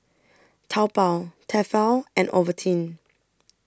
Taobao Tefal and Ovaltine